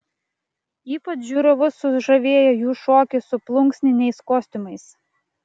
ypač žiūrovus sužavėjo jų šokis su plunksniniais kostiumais